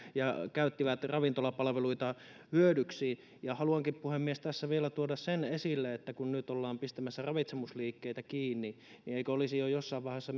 käyttivät ravintolapalveluita hyödyksi haluankin puhemies tässä vielä tuoda sen esille että kun nyt ollaan pistämässä ravitsemusliikkeitä kiinni niin eikö olisi jo jossain vaiheessa